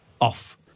off